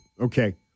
Okay